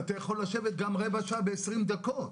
אתה יכול לשבת גם רבע שעה ו-20 דקות.